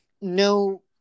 no